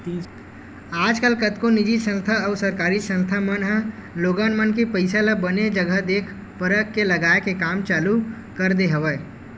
आजकल कतको निजी संस्था अउ सरकारी संस्था मन ह लोगन मन के पइसा ल बने जघा देख परख के लगाए के काम चालू कर दे हवय